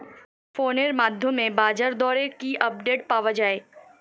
ফোনের মাধ্যমে বাজারদরের কি আপডেট পাওয়া যায়?